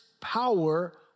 power